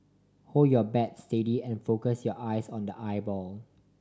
hold your bat steady and focus your eyes on the I ball